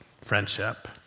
friendship